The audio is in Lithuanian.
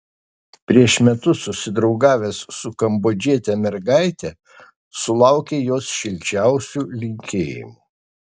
prieš metus susidraugavęs su kambodžiete mergaite sulaukė jos šilčiausių linkėjimų